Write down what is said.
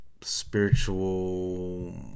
spiritual